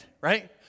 right